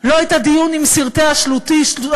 לא את הדיון עם סרטי ה"שתולים",